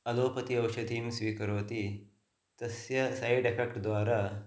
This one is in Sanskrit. अलोपति औषधीं स्वीकरोति तस्य सैड् एफ़ेक्ट् द्वारा